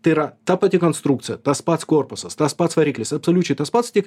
tai yra ta pati konstrukcija tas pats korpusas tas pats variklis absoliučiai tas pats tik